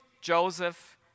Joseph